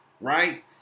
right